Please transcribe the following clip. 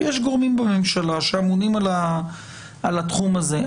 יש גורמים בממשלה שאמונים על התחום הזה.